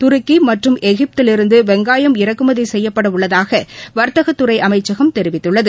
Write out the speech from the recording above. துருக்கி மற்றம் எகிப்திலிருந்து வெங்காயம் இறக்குமதி செய்யப்பட உள்ளதாக வர்த்தகத்துறை அமைச்சம் தெரிவித்துள்ளது